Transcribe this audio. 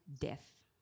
death